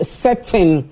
setting